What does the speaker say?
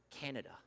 Canada